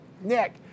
Nick